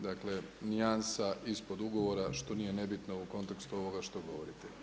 Dakle nijansa ispod ugovora što nije nebitno u kontekstu ovoga što govorite.